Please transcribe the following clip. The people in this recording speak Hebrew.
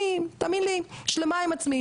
אני תאמין לי שלמה עם עצמי,